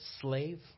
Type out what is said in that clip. slave